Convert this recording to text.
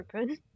open